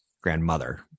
grandmother